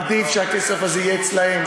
עדיף שהכסף יהיה אצלם,